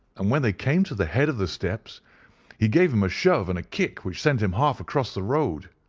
and when they came to the head of the steps he gave him a shove and a kick which sent him half across the road.